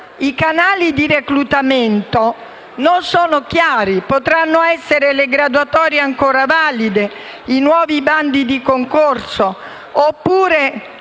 I canali di reclutamento, però, non sono chiari; potranno essere le graduatorie ancora valide, i nuovi bandi di concorso, oppure,